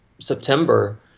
September